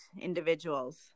individuals